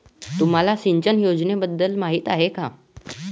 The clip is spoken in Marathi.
तुम्हाला सिंचन योजनेबद्दल माहिती आहे का?